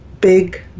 big